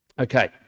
Okay